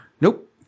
Nope